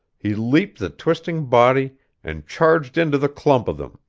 he leaped the twisting body and charged into the clump of them.